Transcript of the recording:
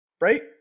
right